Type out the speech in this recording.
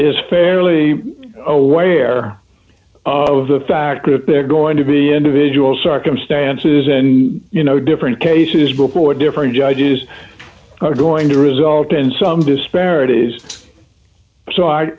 is fairly aware of the fact that they're going to be individual circumstances and you know different cases before different judges are going to result in some disparities so